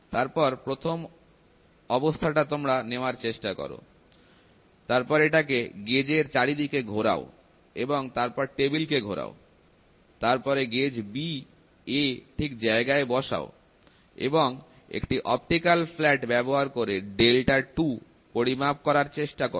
তোমরা প্রথম অবস্থান টা নেওয়ার চেষ্টা করো তারপর এটাকে গেজের চারি দিকে ঘোরাও এবং তারপর টেবিল কে ঘোরাও তারপরে গেজ B A ঠিক জায়গায় বসাও এবং একই অপটিকাল ফ্ল্যাট ব্যবহার করে 2 পরিমাপ করার চেষ্টা করো